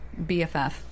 BFF